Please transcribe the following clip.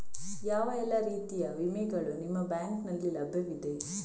ಯಾವ ಎಲ್ಲ ರೀತಿಯ ವಿಮೆಗಳು ನಿಮ್ಮ ಬ್ಯಾಂಕಿನಲ್ಲಿ ಲಭ್ಯವಿದೆ?